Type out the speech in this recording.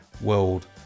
world